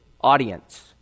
audience